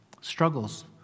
Struggles